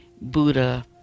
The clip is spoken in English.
Buddha